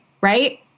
right